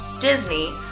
Disney